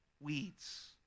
Weeds